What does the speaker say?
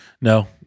No